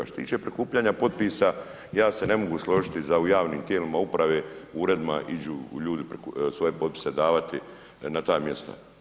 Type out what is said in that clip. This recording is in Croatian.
A što se tiče prikupljanja potpisa ja se ne mogu složiti da u javnim tijelima uprave, uredima iđu ljudi svoje potpise davati na ta mjesta.